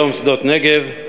היום שדות-נגב.